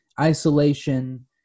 isolation